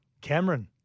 Cameron